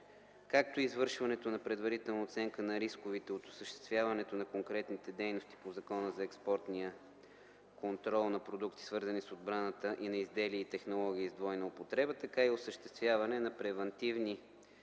както извършването на предварителна оценка на рисковете от осъществяването на конкретни сделки по Закона за експортния контрол на продукти, свързани с отбраната, и на изделия и технологии с двойна употреба, така и осъществяване на превантивни